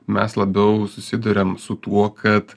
mes labiau susiduriam su tuo kad